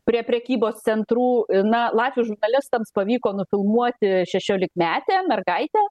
prie prekybos centrų i na latvių žurnalistams pavyko nufilmuoti šešiolikmetę mergaitę